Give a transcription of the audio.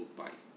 bike